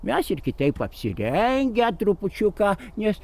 mes ir kitaip apsirengę trupučiuką nes